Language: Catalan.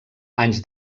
anys